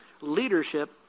Leadership